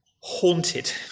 haunted